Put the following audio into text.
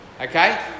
Okay